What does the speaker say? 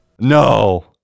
No